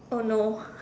oh no